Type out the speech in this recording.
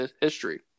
history